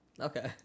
Okay